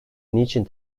niçin